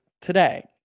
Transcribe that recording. today